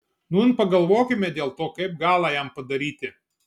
nūn pagalvokime dėl to kaip galą jam padaryti